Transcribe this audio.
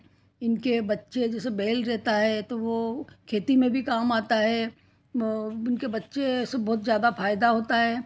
इनके बच्चे जैसे बैल रहता है तो वह खेती में भी काम आता है उनके बच्चे सब बहुत ज़्यादा फ़ायदा होता है